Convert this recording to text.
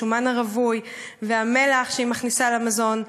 השומן הרווי והמלח שהיא מכניסה למזון,